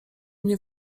mnie